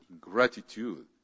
gratitude